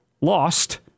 lost